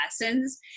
lessons